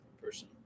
person